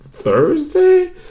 Thursday